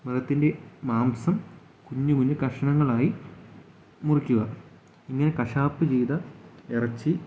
മൃഗത്തിൻ്റെ മാംസം കുഞ്ഞു കുഞ്ഞു കഷ്ണങ്ങളായി മുറിക്കുക ഇങ്ങനെ കശാപ്പ് ചെയ്ത ഇറച്ചി